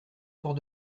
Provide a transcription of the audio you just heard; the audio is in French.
fort